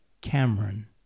Cameron